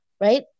right